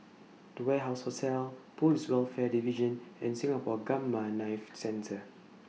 The Warehouse Hotel Police Welfare Division and Singapore Gamma Knife Centre